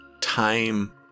time